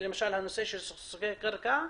בנושא סכסוכי קרקע,